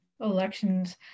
elections